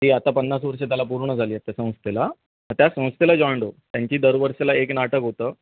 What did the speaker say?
ती आता पन्नास वर्षं त्याला पूर्ण झाली आहेत त्या संस्थेला त्या संस्थेला जॉईंड हो त्यांची दर वर्षाला एक नाटक होतं